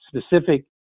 specific